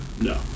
No